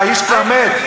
האיש כבר מת.